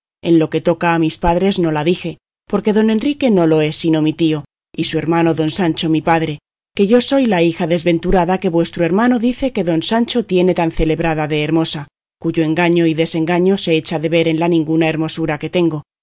en lo que toca a mis padres no la dije porque don enrique no lo es sino mi tío y su hermano don sancho mi padre que yo soy la hija desventurada que vuestro hermano dice que don sancho tiene tan celebrada de hermosa cuyo engaño y desengaño se echa de ver en la ninguna hermosura que tengo